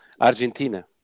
Argentina